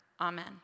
Amen